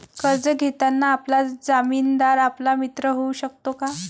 कर्ज घेताना आपला जामीनदार आपला मित्र होऊ शकतो का?